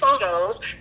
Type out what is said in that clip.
photos